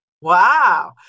Wow